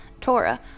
Torah